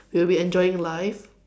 we'll be enjoying life